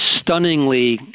stunningly